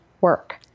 work